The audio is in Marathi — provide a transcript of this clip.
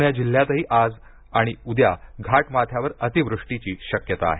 पुणे जिल्ह्यातही आज आणि उद्या घाटमाथ्यावर अतिवृष्टीची शक्यता आहे